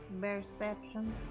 Perception